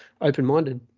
open-minded